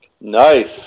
Nice